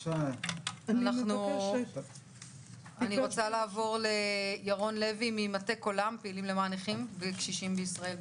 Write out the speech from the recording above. אני רוצה לעבור לירון לוי ממטה קולם פעילים למען נכים וקשישים בישראל,